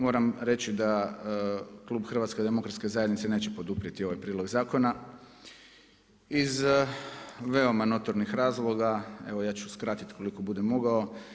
Moram reći da Klub Hrvatske demokratske zajednice neće poduprijeti ovaj prijedlog zakona iz veoma notornih razloga, evo ja ću skratiti koliko budem mogao.